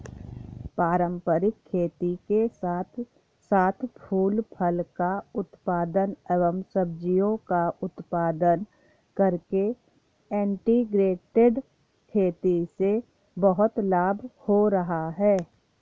पारंपरिक खेती के साथ साथ फूल फल का उत्पादन एवं सब्जियों का उत्पादन करके इंटीग्रेटेड खेती से बहुत लाभ हो रहा है